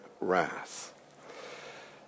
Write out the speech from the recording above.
wrath